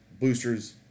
boosters